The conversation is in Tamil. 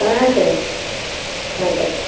ஆ சேரிங்க ஆ சரிங்க